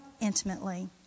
intimately